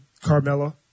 Carmella